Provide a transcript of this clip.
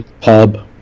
pub